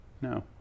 No